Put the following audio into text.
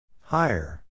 Higher